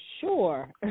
sure